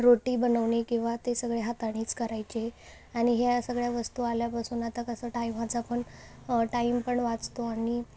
रोटी बनवणे किंवा ते सगळे हातानेच करायचे आणि ह्या सगळ्या वस्तू आल्यापासून आता कसं टाईमाचा पण टाईम पण वाचतो आणि